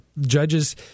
judges